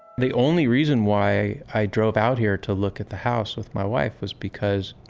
the only reason why i drove out here to look at the house with my wife was because